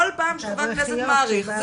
כל פעם שחבר כנסת מאריך,